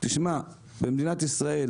במדינת ישראל,